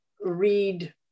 read